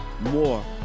more